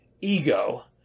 ego